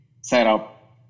setup